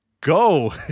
Go